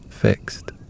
fixed